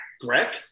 Greg